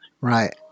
Right